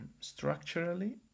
structurally